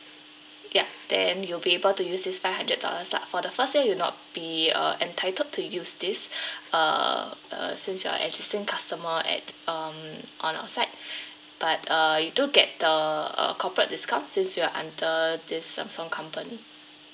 ya then you'll be able to use this five hundred dollars lah for the first year you'll not be uh entitled to use this uh since you are existing customer at um on our side but uh you do get the uh corporate discount since you're under this samsung company